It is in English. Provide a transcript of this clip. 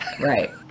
Right